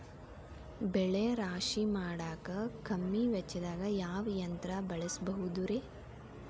ಬೆಳೆ ರಾಶಿ ಮಾಡಾಕ ಕಮ್ಮಿ ವೆಚ್ಚದಾಗ ಯಾವ ಯಂತ್ರ ಬಳಸಬಹುದುರೇ?